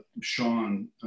Sean